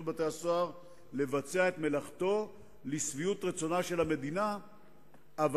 בתי-הסוהר לבצע את מלאכתו לשביעות רצונה של המדינה אבל